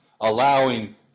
allowing